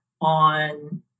on